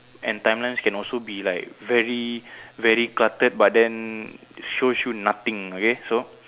and timelines can also be like very very cluttered but then shows you nothing okay so